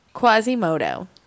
quasimodo